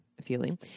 feeling